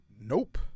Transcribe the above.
nope